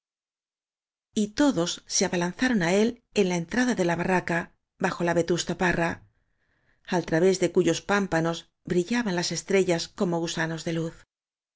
todos se abalanzaron á él en la entrada de la barraca bajo la vetusta parra al través áñ ele cuyos pámpanos brillaban las estrellas como gusanos de luz